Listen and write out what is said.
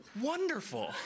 wonderful